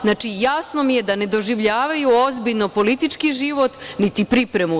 Znači, jasno mi je da ne doživljavaju ozbiljno politički život, niti pripremu.